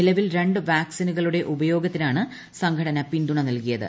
നിലവിൽ രണ്ട് വാക്സിനുകളുടെ ഉപയോഗത്തിനാണ് സംഘടന പിന്തുണ നൽകിയത്